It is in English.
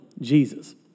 Jesus